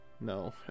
No